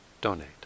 donate